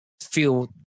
feel